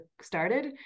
started